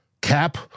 cap